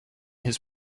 his